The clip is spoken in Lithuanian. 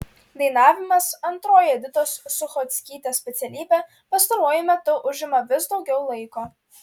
dainavimas antroji editos suchockytės specialybė pastaruoju metu užima vis daugiau laiko